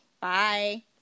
Bye